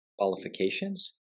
qualifications